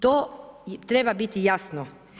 To treba biti jasno.